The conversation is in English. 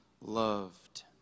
loved